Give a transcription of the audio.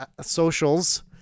socials